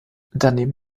daneben